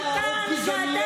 מה די לעשות מכל דבר?